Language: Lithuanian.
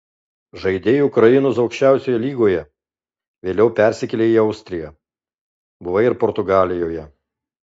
žaidei ukrainos aukščiausioje lygoje vėliau persikėlei į austriją buvai ir portugalijoje